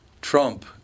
Trump